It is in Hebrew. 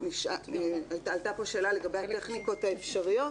עלתה פה שאלה לגבי הטכניקות האפשריות,